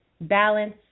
balance